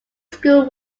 school